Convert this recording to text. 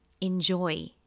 enjoy